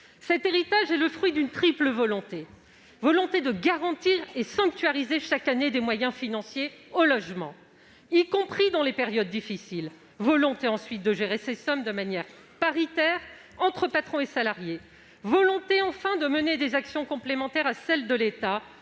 Cet héritage est le fruit d'une triple volonté : garantir et sanctuariser, chaque année, des moyens financiers au logement, y compris dans les périodes difficiles ; gérer ces sommes de manière paritaire, entre patrons et salariés ; mener des actions complémentaires à celles de l'État,